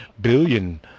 Billion